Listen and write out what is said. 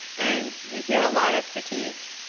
and we hear a lot of critiques,